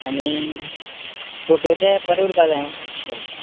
आनी फोटो ते बरें उरपा जाय सारकें